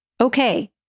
Okay